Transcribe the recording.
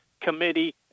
committee